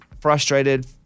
frustrated